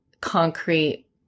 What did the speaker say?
concrete